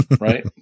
Right